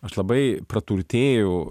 aš labai praturtėjau